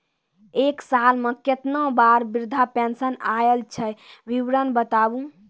एक साल मे केतना बार वृद्धा पेंशन आयल छै विवरन बताबू?